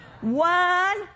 One